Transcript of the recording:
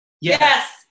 Yes